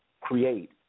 create